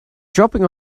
dropping